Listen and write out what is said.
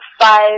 five